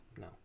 No